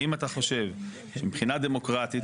האם אתה חושב שמבחינה דמוקרטית,